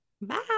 bye